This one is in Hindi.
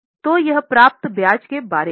तो यह प्राप्त ब्याज के बारे में है